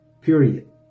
period